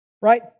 right